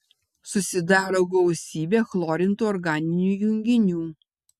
susidaro gausybė chlorintų organinių junginių